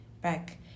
back